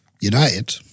United